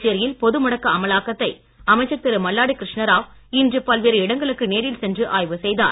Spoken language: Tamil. புதுச்சேரியில் பொது முடக்க அமலாக்கத்தை அமைச்சர் திரு மல்லாடி கிருஷ்ணராவ் இன்று பல்வேறு இடங்களுக்கு நேரில் சென்று ஆய்வு செய்தார்